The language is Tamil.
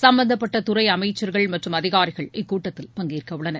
சும்பந்தப்பட்ட துறை அமைச்சர்கள் மற்றும் அதிகாரிகள் இக்கூட்டத்தில் பங்கேற்க உள்ளனர்